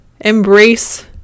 embrace